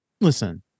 listen